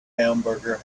hamburger